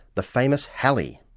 the famous halley.